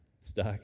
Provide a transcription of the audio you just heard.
stuck